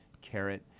carrot